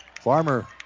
Farmer